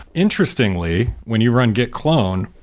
interestingly, when you run git clone,